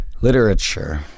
literature